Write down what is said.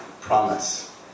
promise